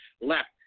left